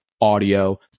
audio